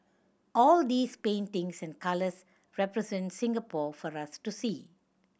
all these paintings and colours represent Singapore for us to see